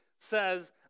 says